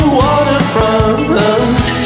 waterfront